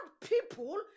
people